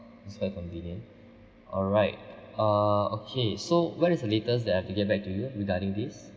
it's very convenient alright uh okay so when is the latest that I've to get back to you regarding this